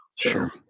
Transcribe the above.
Sure